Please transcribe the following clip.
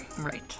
Right